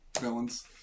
Villains